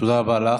תודה רבה לך.